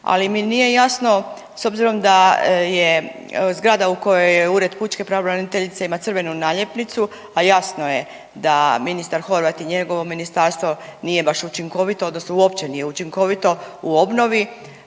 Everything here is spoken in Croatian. ali mi nije jasno s obzirom da zgrada u kojoj je ured pučke pravobraniteljice ima crvenu naljepnicu, a jasno je da ministar Horvat i njegovo ministarstvo nije baš učinkovito odnosno uopće nije učinkovito u obnovi,